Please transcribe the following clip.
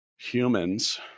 humans